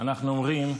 אנחנו אומרים: